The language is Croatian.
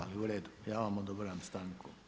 Ali uredu, ja vam odobravam stanku.